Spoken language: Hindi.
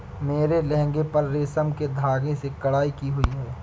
मेरे लहंगे पर रेशम के धागे से कढ़ाई की हुई है